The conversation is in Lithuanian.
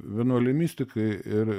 vienuoliai mistikai ir